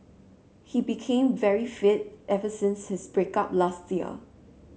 he became very fit ever since his break up last year